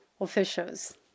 officials